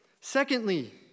secondly